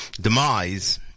demise